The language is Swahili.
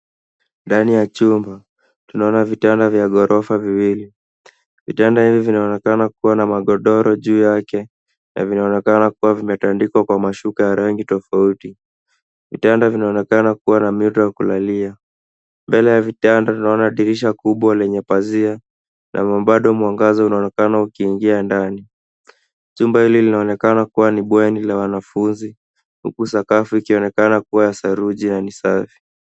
Ndani ya chumba tunaona vitanda vya ghorofa viwili. Vitanda hivi vinaonekana kuwa na magodoro juu yake na vinaonekana kuwa vimetandikwa kwa mashuka ya rangi tofauti. Vitanda vinaonekana kuwa na mito ya kulalia. Mbele ya vitanda tunaona dirisha kubwa lenye pazia kama bado mwangaza unaonekana ukiingia ndani. Chumba hili linaonekana kuwa ni bweni la wanafunzi, huku sakafu ikionekana kuwa ni ya saruji na ni safi.